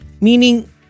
meaning